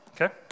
okay